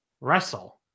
Wrestle